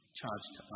charged